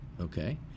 Okay